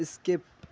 skip